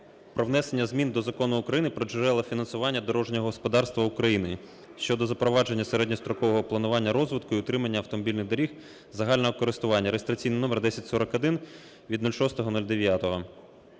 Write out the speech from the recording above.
про внесення змін до Закону України "Про джерела фінансування дорожнього господарства України" (щодо запровадження середньострокового планування розвитку і утримання автомобільних доріг загального користування, (реєстраційний номер 1041) від 06.09.